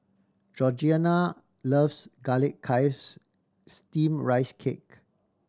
Georgeanna loves Garlic Chives Steamed Rice Cake